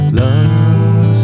love